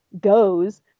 goes